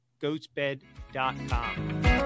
ghostbed.com